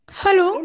Hello